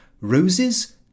roses